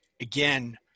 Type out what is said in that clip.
again